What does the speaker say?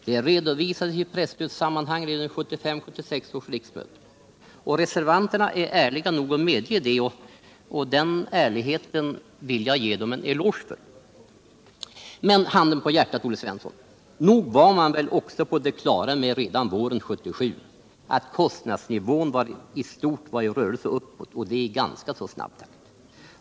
Det redovisades i presstödssammanhang redan vid 1975/76 års riksmöte. Reservanterna är ärliga nog att medge det, och den ärligheten vill jag ge dem en eloge för. Men — handen på hjärtat, Olle Svensson — nog var man väl också redan våren 1977 på det klara med att kostnadsnivån i stort var i rörelse uppåt och det ganska snabbt.